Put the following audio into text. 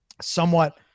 somewhat